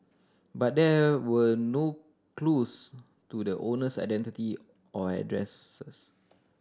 but there were no clues to the owner's identity or addresses